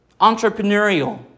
entrepreneurial